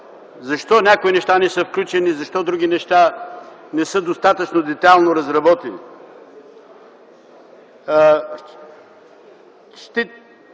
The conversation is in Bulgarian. защо някои неща не са включени, защо други неща не са достатъчно детайлно разработени. Ще